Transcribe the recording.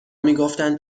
میگفتن